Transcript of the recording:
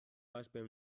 beispiel